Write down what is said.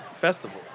festival